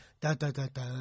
da-da-da-da